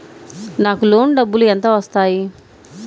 నాకు లోన్ డబ్బులు ఎంత వస్తాయి?